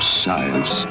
science